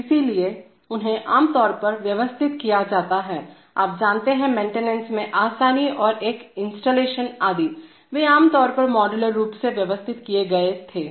इसलिए उन्हें आम तौर पर व्यवस्थित किया जाता है आप जानते हैं मेंटेनेंस में आसानी और एक इंस्टॉलेशन आदिवे आमतौर पर मॉड्यूलर रूप से व्यवस्थित किए गए थे